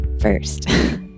first